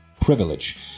privilege